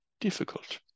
difficult